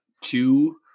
two